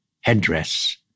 headdress